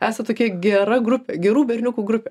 esat tokia gera grupė gerų berniukų grupė